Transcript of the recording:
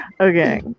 Okay